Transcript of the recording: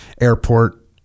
Airport